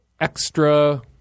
extra –